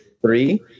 three